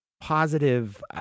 positive